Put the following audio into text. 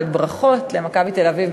בברכות ל"מכבי תל-אביב",